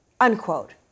unquote